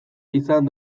izan